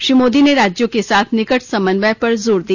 श्री मोदी ने राज्यों के साथ निकट समन्वय पर जोर दिया